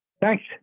Thanks